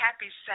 Happy